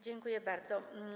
Dziękuję bardzo.